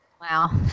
wow